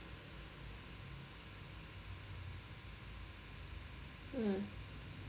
mm